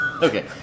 okay